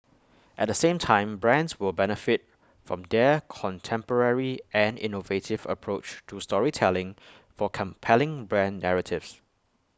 at the same time brands will benefit from their contemporary and innovative approach to storytelling for compelling brand narratives